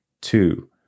two